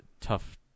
tough